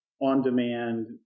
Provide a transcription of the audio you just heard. on-demand